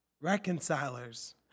Reconcilers